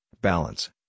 balance